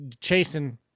chasing –